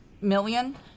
million